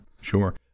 sure